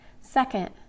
Second